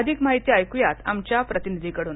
अधिक माहिती आमच्या प्रतिनिधीकडून